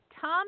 Tom